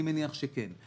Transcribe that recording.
אני מניח שכן.